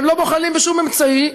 הם לא בוחלים בשום אמצעי,